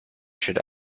should